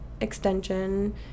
extension